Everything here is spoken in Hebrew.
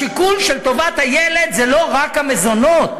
בשיקול של טובת הילד, זה לא רק המזונות,